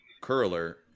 curler